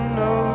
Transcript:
no